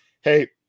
Hey